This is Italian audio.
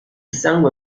sangue